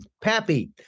Pappy